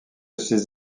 ces